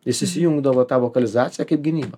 jis įsijungdavo tą vokalizaciją kaip gynybą